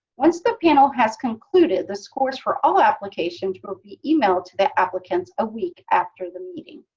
once the panel has concluded, the scores for all applications will be emailed to the applicants a week after the meeting.